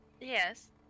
Yes